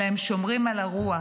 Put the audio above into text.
אלא הם שומרים על הרוח,